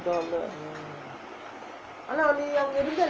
dollar